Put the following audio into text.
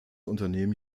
unternehmen